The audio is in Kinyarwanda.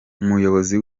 umuyobozi